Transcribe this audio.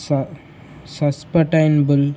స సస్టేనబుల్